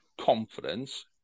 confidence